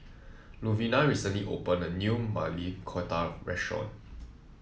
Louvenia recently opened a new Maili Kofta Restaurant